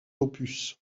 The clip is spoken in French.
opus